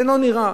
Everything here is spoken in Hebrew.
זה לא נראה.